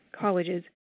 Colleges